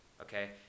Okay